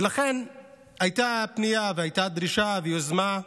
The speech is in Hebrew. ולכן, הייתה פנייה והייתה דרישה, ויוזמה,